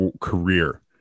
career